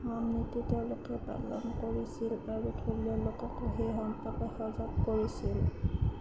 নিয়ম নীতি তেওঁলোকে পালন কৰিছিল আৰু থলুৱা লোকক সেই সম্পৰ্কে সজাগ কৰিছিল